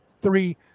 three